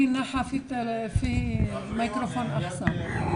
היום ספציפית ביישובים המוכרים בנגב.